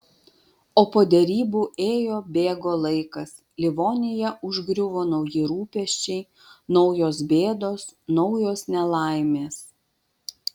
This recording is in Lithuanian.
o po derybų ėjo bėgo laikas livoniją užgriuvo nauji rūpesčiai naujos bėdos naujos nelaimės